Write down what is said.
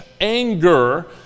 anger